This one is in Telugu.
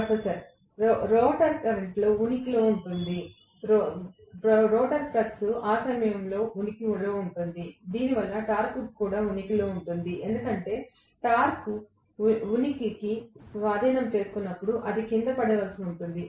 ప్రొఫెసర్ రోటర్ కరెంట్ ఉనికిలో ఉంటుంది రోటర్ ఫ్లక్స్ ఆ సమయంలో ఉనికిలో ఉంటుంది దీనివల్ల టార్క్ కూడా ఉనికిలో ఉంటుంది ఎందుకంటే టార్క్ ఉనికిని స్వాధీనం చేసుకుంటే అది కింద పడవలసి ఉంటుంది